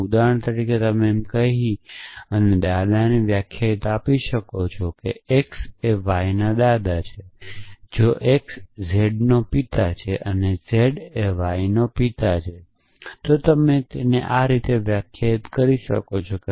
તેથી ઉદાહરણ તરીકે તમે એમ કહીને દાદાની વ્યાખ્યા આપી શકો છો કે x એ y ના દાદા છે જો x એ z ના પિતા છે અને z એ y ના પિતા છે તો તમે તેને આની જેમ વ્યાખ્યાયિત કરી શકો છો